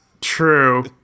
True